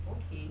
okay